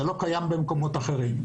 זה משהו שלא קיים במקומות אחרים.